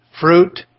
fruit